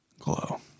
glow